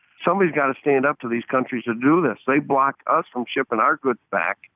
somebody's got to stand up to these countries that do this. they blocked us from shipping our goods back.